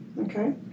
Okay